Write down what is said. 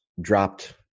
dropped